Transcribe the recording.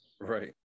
Right